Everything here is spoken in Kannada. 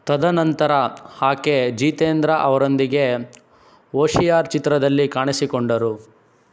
ತದನಂತರ ಹಾಕೆ ಜೀತೇಂದ್ರ ಅವರೊಂದಿಗೆ ಓಶಿಯಾರ್ ಚಿತ್ರದಲ್ಲಿ ಕಾಣಿಸಿಕೊಂಡರು